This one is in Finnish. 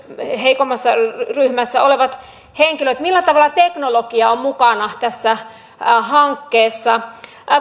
heikommissa ryhmissä olevat henkilöt millä tavalla teknologia on mukana tässä hankkeessa